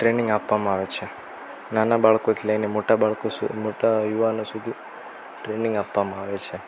training આપવામાં આવે છે નાના બાળકોથી લઈને મોટા બાળકો સુધી મોટા યુવાનો સુધી ટ્રેનિંગ આપવામાં આવે છે